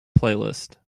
playlist